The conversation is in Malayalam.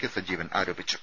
കെ സജീവൻ ആരോപിച്ചു